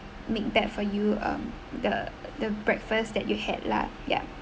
make that for you um the the breakfast that you had lah ya